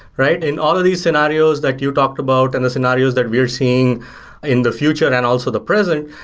right? in all of these scenarios that you talked about and the scenarios that we are seeing in the future and also the present,